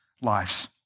lives